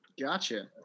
Gotcha